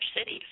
cities